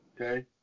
Okay